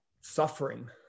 suffering